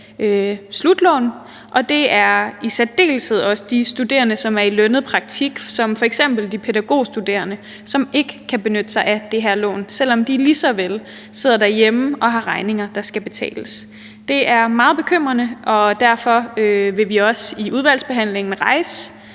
slutlån, og det er i særdeleshed også de studerende, som er i lønnet praktik, f.eks. de pædagogstuderende, som ikke kan benytte sig af det her lån, selv om de også sidder derhjemme og har regninger, der skal betales. Det er meget bekymrende, og derfor vil vi også i udvalgsbehandlingen rejse